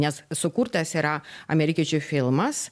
nes sukurtas yra amerikiečių filmas